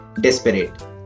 desperate